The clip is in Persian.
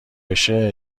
بشه